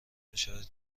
میشود